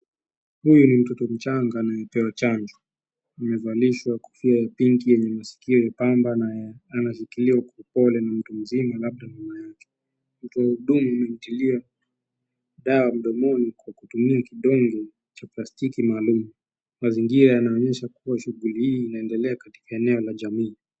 Huyu ni mtoto mchanga anayepewa chanjo, amevalishwa kofia ya pinki yenye masikio ya kamba na anashikiliwa kwa upole na mtu mzima labda mama yake. Mtoa hudumu anamtilia dawa mdomoni kwa kutumia kidonge cha plastiki maalum. Mazingira yanaonyesha kuwa shughuli hii inaendelea katika eneo la jamii.